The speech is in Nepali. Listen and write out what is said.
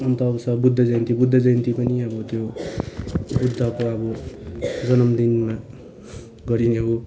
अन्त आउँछ अब बुद्ध जयन्ती बुद्ध जयन्ती पनि अब त्यो बुद्धको अब जन्म दिनमा गरिने हो